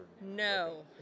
no